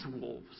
wolves